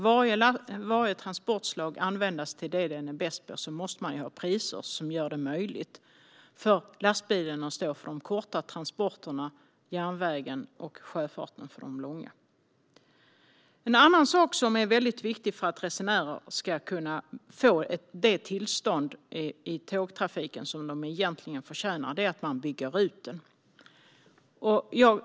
Om varje transportslag ska användas till det som det är bäst på måste man ha priser som gör det möjligt för lastbilen att stå för de korta transporterna medan järnvägen och sjöfarten står för de långa. En annan sak som är väldigt viktig för att resenärer ska kunna få det tillstånd i tågtrafiken som de egentligen förtjänar är att man bygger ut den.